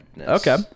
Okay